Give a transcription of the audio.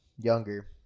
younger